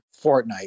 Fortnite